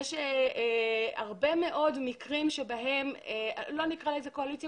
יש הרבה מאוד מקרים שבהם לא נקרא לזה קואליציה